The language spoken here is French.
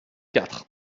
quatre